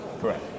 Correct